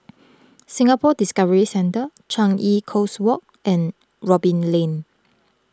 Singapore Discovery Centre Changi Coast Walk and Robin Lane